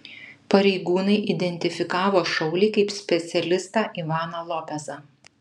pareigūnai identifikavo šaulį kaip specialistą ivaną lopezą